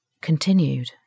continued